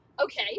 Okay